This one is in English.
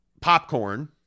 popcorn